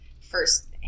first